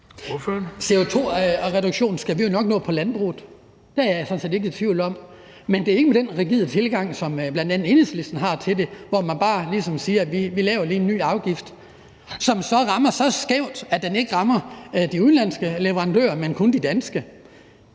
CO2-reduktionen skal vi jo nok nå, når det gælder landbruget. Det er jeg sådan set ikke i tvivl om. Men det er ikke med den rigide tilgang som den, bl.a. Enhedslisten har til det, hvor man bare ligesom siger, at man lige laver en ny afgift, som så rammer så skævt, at den ikke rammer de udenlandske leverandører, men kun de danske.